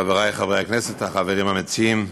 חברי חברי הכנסת, החברים המציעים,